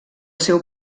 seu